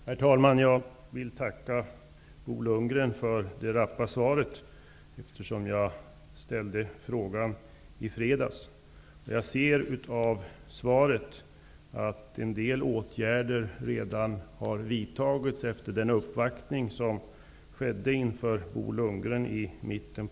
Herr talman! Jag tackar Bo Lundgren för det rappa svaret. Jag ställde ju frågan först i fredags. Av svaret ser jag att en del åtgärder redan har vidtagits efter den uppvaktning som i mitten av januari gjordes hos Bo Lundgren.